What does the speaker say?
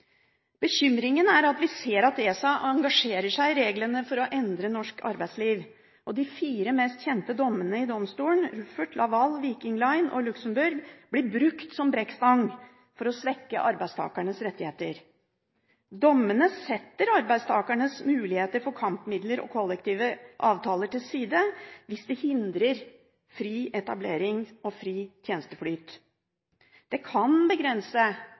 Bekymringen er at vi ser at ESA engasjerer seg i reglene for å endre norsk arbeidsliv, og de fire mest kjente dommene i domstolen – Rüffert, Laval, Viking Line og Luxemburg – blir brukt som brekkstang for å svekke arbeidstakernes rettigheter. Dommene setter arbeidstakernes muligheter for kampmidler og kollektive avtaler til side hvis de hindrer fri etablering og fri tjenesteflyt. Det kan begrense